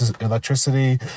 electricity